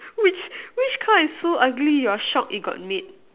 which which car is so ugly you're shocked it got made